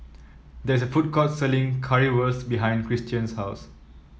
there is a food court selling Currywurst behind Cristian's house